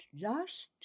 last